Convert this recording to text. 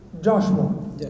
Joshua